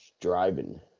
driving